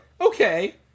Okay